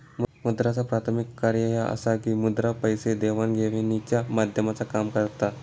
मुद्राचा प्राथमिक कार्य ह्या असा की मुद्रा पैसे देवाण घेवाणीच्या माध्यमाचा काम करता